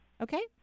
okay